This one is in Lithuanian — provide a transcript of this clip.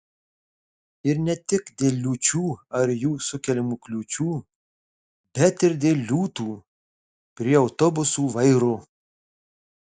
ir ne tik dėl liūčių ar jų sukeliamų kliūčių bet ir dėl liūtų prie autobusų vairo